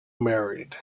married